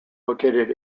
located